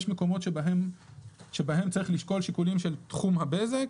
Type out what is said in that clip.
יש מקומות שבהם צריך לשקול שיקולים של תחום הבזק,